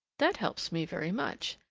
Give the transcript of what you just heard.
that helps me very much,